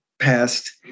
past